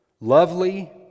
lovely